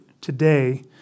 today